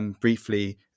briefly